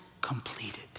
completed